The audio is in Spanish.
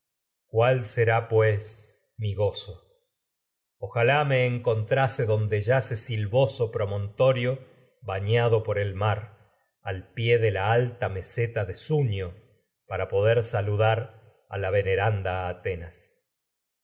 muerte será pues mi gozo ojalá me encontrase donde yace silvoso promontorio bañado por el mar de al pie de la alta meseta la veneranda sunio para poder en saludar que a atenas